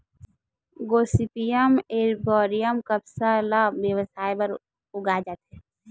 Gossypium arboreum कपसा ल बेवसाय बर उगाए जाथे